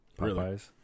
Popeyes